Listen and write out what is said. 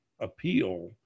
appeal